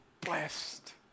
blessed